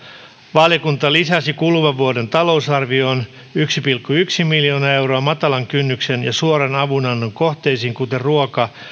valiokunta lisäsi kuluvan vuoden talousarvioon yksi pilkku yksi miljoonaa euroa matalan kynnyksen ja suoran avunannon kohteisiin kuten ruoka